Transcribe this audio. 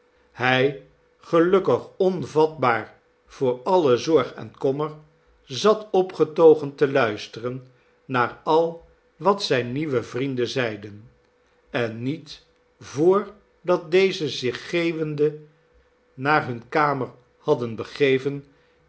hij gelukkig onvatbaar voor alle zorg en kommer zat opgetogen te luisteren naar al wat zijne nieuwe vrienden zeiden en niet voor dat deze zich geeuwende naar hunne kamer hadden begeven